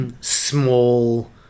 small